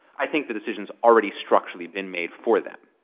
i think the decision's already structurally been made for them.